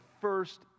first